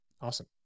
Awesome